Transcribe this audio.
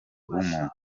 w’umuntu